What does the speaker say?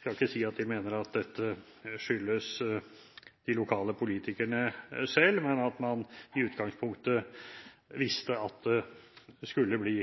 skal ikke si at de mener at dette skyldes de lokale politikerne selv – mener at man i utgangspunktet visste at det skulle bli